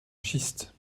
schiste